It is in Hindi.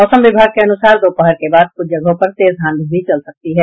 मौसम विभाग के अनुसार दोपहर बाद कुछ जगहों पर तेज आंधी भी चल सकती है